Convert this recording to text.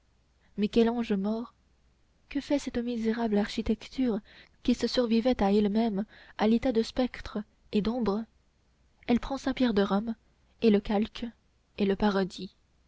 michel-ange mort que fait cette misérable architecture qui se survivait à elle-même à l'état de spectre et d'ombre elle prend saint-pierre de rome et le calque et le parodie